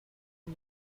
del